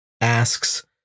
asks